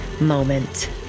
moment